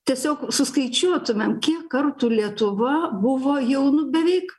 tiesiog suskaičiuotumėm kiek kartų lietuva buvo jau nu beveik